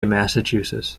massachusetts